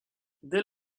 dès